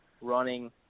running